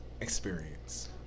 experience